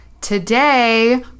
Today